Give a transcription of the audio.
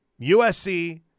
USC